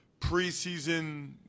preseason